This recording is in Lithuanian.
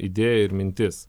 idėja ir mintis